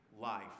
life